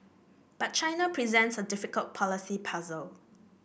but China presents a difficult policy puzzle